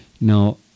Now